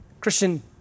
Christian